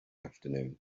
afternoon